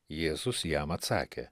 jėzus jam atsakė